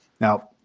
Now